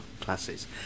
classes